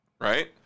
right